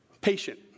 Patient